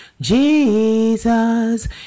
Jesus